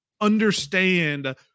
understand